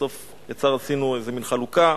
בסוף עשינו איזה מין חלוקה.